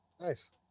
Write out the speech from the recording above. nice